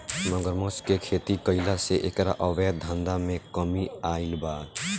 मगरमच्छ के खेती कईला से एकरा अवैध धंधा में कमी आईल बा